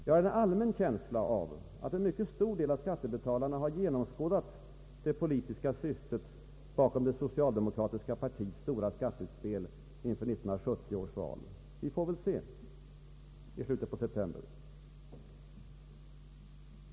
Jag har en allmän känsla av att en mycket stor del av skattebetalarna har genomskådat det politiska syftet bakom det socialdemokratiska partiets stora skatteutspel inför 1970 års val. Vi får väl se, i slutet av september.